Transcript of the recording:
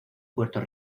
puerto